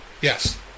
Yes